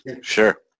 Sure